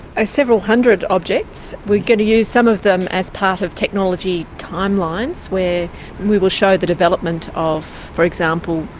ah several hundred objects. we're going to use some of them as part of technology timelines where we will show the development of, for example,